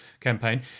campaign